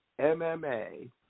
MMA